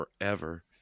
forever